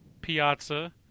Piazza